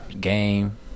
Game